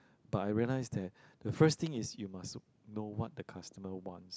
but I realise that the first thing is you must know what the customer wants